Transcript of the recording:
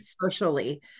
socially